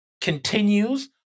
continues